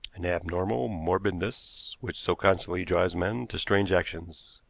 an abnormal morbidness which so constantly drives men to strange actions.